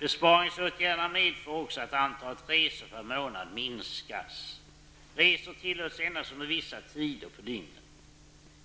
Besparingsåtgärderna medför också att antalet resor per månad minskas, att resor tillåts endast under vissa tider på dygnet,